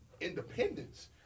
independence